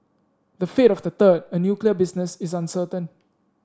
the fate of the third a nuclear business is uncertain